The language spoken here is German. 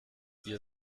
ihr